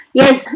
yes